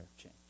change